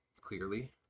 clearly